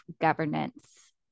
governance